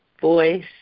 voice